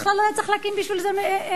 בכלל לא היה צריך להקים בשביל זה ועדה.